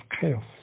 chaos